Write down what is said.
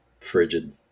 frigid